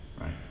right